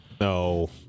No